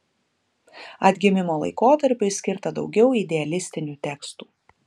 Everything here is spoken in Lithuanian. atgimimo laikotarpiui skirta daugiau idealistinių tekstų